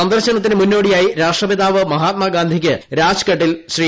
സന്ദർശനത്തിന് മുന്നോടിയായി രാഷ്ട്രപിതാവ് മഹാത്മാ ഗാന്ധിയ്ക്ക് രാജ്ഘട്ടിൽ ശ്രീ